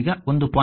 ಈಗ 1